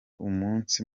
umunsi